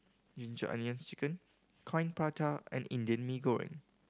Ginger Onions Chicken Coin Prata and Indian Mee Goreng